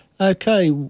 Okay